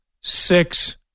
six